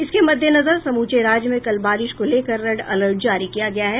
इसके मद्देनजर समूचे राज्य में कल बारिश को लेकर रेड अलर्ट जारी किया गया है